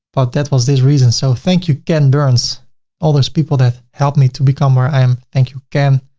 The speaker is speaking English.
but that was this reason. so thank you, ken burns all those people that helped me to become where i am. thank you, ken.